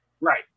right